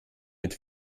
mit